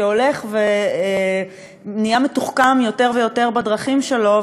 שהולך ונהיה מתוחכם יותר ויותר בדרכים שלו,